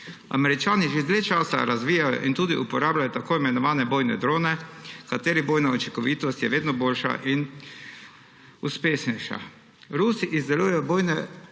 Američani že dlje časa razvijajo in tudi uporabljajo tako imenovane bojne drone, katerih bojna učinkovitost je vedno boljša in uspešnejša.